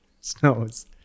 snows